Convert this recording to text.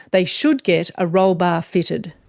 they should get a roll bar fitted.